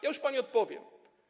Ja już pani odpowiem.